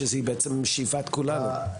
שהיא השאיפה של כולנו.